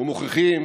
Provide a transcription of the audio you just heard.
ומוכיחים